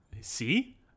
See